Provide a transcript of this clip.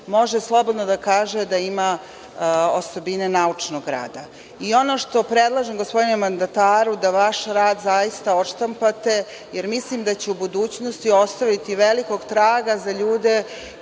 može slobodno da kaže da ima osobine naučnog rada. Ono što predlažem, gospodine mandataru, da vaš rad zaista odštampate, jer mislim da će u budućnosti ostaviti velikog traga za ljude